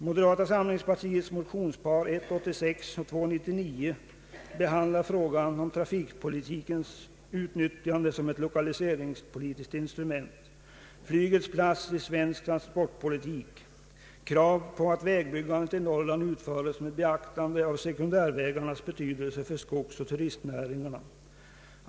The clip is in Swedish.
Moderata samlingspartiets motionspar I: 86 och II: 99 behandlar följande frågor: 2. Flygets plats i svensk transportpolitik. land utföres med beaktande av sekundärvägarnas betydelse för skogsoch turistnäringarna. 4.